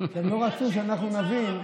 תקשיב, עד שקבוצה ערבית עולה ליגה,